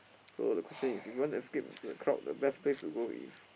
so the question is you want to escape into the crowd the best place to go is